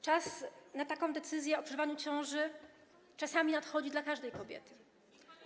Czas na taką decyzję o przerwaniu ciąży czasami nadchodzi dla każdej kobiety.